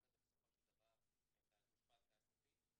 הזה בסופו של דבר את הגושפנקה הסופית.